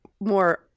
more –